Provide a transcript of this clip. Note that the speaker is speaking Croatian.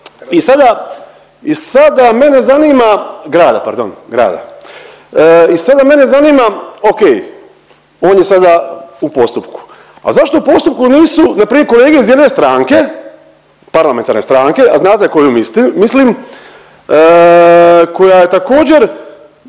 i sada mene zanima, grada pardon, grada, i sada mene zanima ok on je sada u postupku, a zašto u postupku nisu npr. kolege iz jedne stranke, parlamentarne stranke, a znate na koju mislim, mislim koja je također